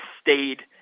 stayed